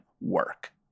work